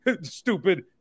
stupid